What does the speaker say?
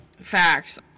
facts